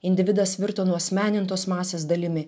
individas virto nuasmenintos masės dalimi